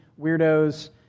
weirdos